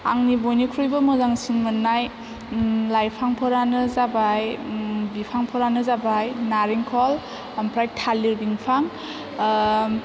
आंनि बयनिख्रुइबो मोजांसिन मोन्नाय लाइफांफोरानो जाबाय बिफांफोरानो जाबाय नारेंखल ओमफ्राय थालिर बिफां